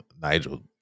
Nigel